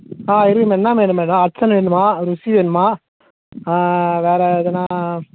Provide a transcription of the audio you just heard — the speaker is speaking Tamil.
ஆ இருக்குது மேம் என்ன வேணும் மேடம் ஹட்சன் வேணுமா ருசி வேணுமா வேற எதனால்